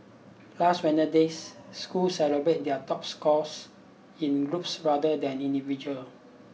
last Wednesday's schools celebrated their top scorers in groups rather than individual